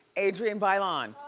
adrienne bailon.